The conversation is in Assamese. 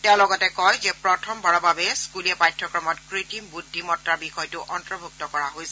তেওঁ লগতে কয় যে প্ৰথমবাৰৰ বাবে স্থুলীয়া পাঠ্যক্ৰমত কৃত্ৰিম বুদ্ধিমত্তাৰ বিষয়টো অন্তৰ্ভূক্ত কৰা হৈছে